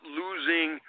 losing